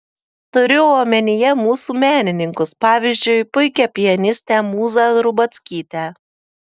turiu omenyje mūsų menininkus pavyzdžiui puikią pianistę mūzą rubackytę